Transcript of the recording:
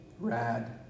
Rad